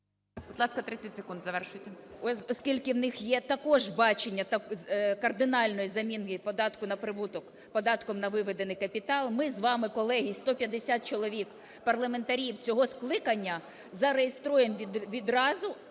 Будь ласка, 30 секунд завершуйте. ЮЖАНІНА Н.П. …оскільки в них є також бачення кардинальних замін і податку на прибуток податком на виведений капітал. Ми з вами, колеги, 150 чоловік парламентарів цього скликання зареєструємо відразу